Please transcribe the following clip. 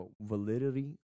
validity